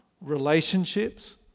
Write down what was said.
relationships